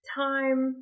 time